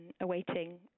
awaiting